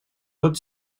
tot